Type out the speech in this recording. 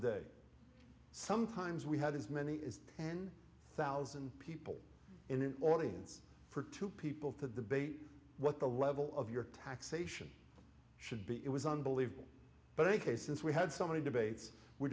day sometimes we had as many as ten thousand people in an audience for two people to debate what the level of your taxation should be it was unbelievable but i think a since we had so many debates we